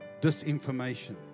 disinformation